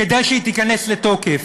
כדי שהיא תיכנס לתוקף.